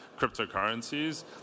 cryptocurrencies